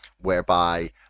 whereby